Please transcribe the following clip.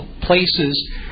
places